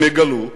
הם יגלו,